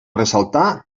ressaltar